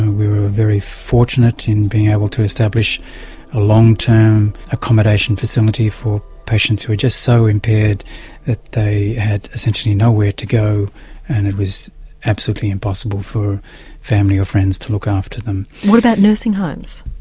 we were very fortunate in being able to establish a long term accommodation facility for patients who were just so impaired that they had essentially nowhere to go and it was absolutely impossible for family or friends to look after them. what about nursing homes?